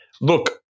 Look